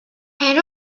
and